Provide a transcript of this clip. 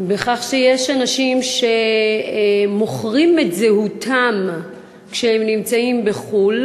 שאנשים מוכרים את זהותם כשהם נמצאים בחו"ל